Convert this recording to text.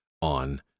on